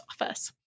office